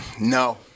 No